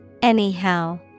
Anyhow